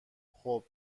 خوب